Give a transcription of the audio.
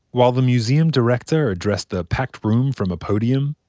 while the museum director addressed the packed room from a podium,